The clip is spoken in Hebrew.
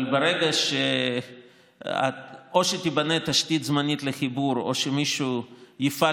אבל ברגע שתיבנה תשתית זמנית לחיבור או שמישהו יפעל